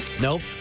Nope